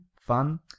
fun